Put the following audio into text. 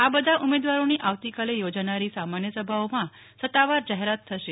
આ બધા ઉમેદવારોની આવતીકાલે યોજાનારી સામાન્ય સભાઓમાં સત્તાવાર જાહેરાત થશે